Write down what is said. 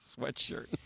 sweatshirt